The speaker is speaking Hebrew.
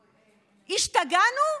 השתגענו?